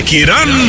Kiran